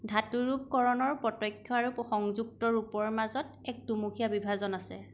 ধাতুৰূপ কৰণৰ প্ৰত্যক্ষ আৰু প্ৰসংযুক্ত ৰূপৰ মাজত এক দুমুখীয়া বিভাজন আছে